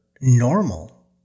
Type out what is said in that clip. normal